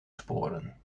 sporen